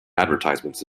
advertisements